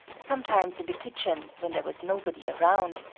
sometimes in the kitchen, when there was nobody around,